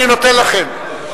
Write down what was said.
אני נותן לכם,